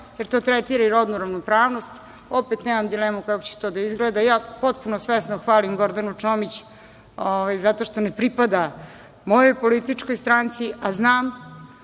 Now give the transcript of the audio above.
jer to tretira i rodnu ravnopravnost. Opet nemam dilemu kako će to da izgleda, ja potpuno svesno hvalim Gordanu Čomić, zato što ne pripada mojoj političkoj stranci, a znam